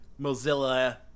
Mozilla